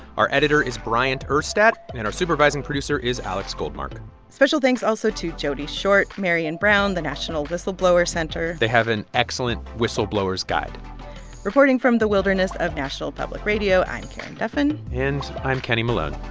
our editor is bryant urstadt. and our supervising producer is alex goldmark special thanks also to jodi short, marion brown, the national whistleblower center they have an excellent whistleblowers' guide reporting from the wilderness of national public radio, i'm karen duffin and i'm kenny malone.